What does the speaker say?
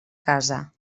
casa